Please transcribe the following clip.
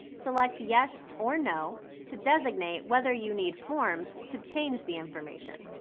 select yes or no to designate whether you need forms to change the information.